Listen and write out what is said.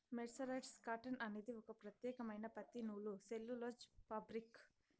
mercerised cotton అనేది ఒక ప్రత్యేకమైన పత్తి నూలు సెల్యులోజ్ ఫాబ్రిక్